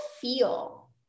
feel